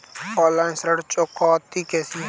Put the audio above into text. Online ऋण चुकौती कैसे करें?